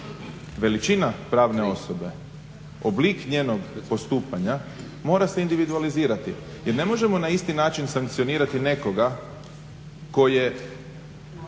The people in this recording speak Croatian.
veličina pravne osobe, oblik njenog postupanja mora se individualizirati jer ne možemo na isti način sankcionirati nekoga tko je